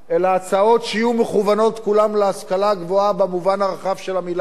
אלא הצעות שיהיו מכוונות כולן להשכלה הגבוהה במובן הרחב של המלה,